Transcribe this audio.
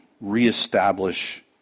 reestablish